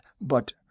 But